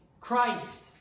Christ